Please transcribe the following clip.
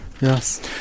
Yes